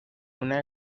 una